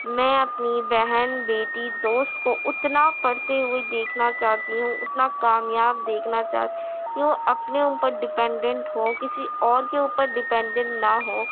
میں اپنی بہن بیٹی دوست کو اتنا پڑھتے ہوئے دیکھنا چاہتی ہوں اتنا کامیاب دیکھنا چاہتی وہ اپنے اوپر ڈپینڈینٹ ہو کسی اور کے اوپر ڈپینڈینٹ نہ ہوں